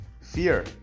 fear